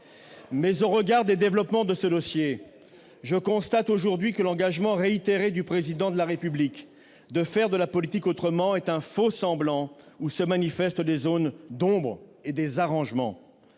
Mais, au regard des développements de ce dossier, je constate aujourd'hui que l'engagement réitéré du Président de la République de faire de la politique autrement est un faux-semblant où se manifestent des zones d'ombre et des arrangements.